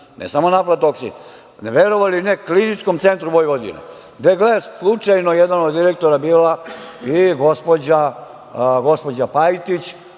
ne samo na aflatoksin, verovali ili ne, Kliničkom centru Vojvodine. Gde je, gle slučajno, jedan od direktora bila i gospođa Pajtić,